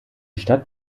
stadt